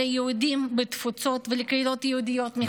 היהודים בתפוצות ועל קהילות יהודיות מחוץ לישראל.